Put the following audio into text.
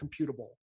computable